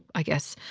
i guess,